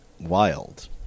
wild